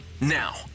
Now